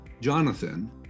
Jonathan